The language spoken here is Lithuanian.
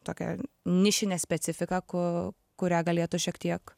tokią nišinę specifiką ku kurią galėtų šiek tiek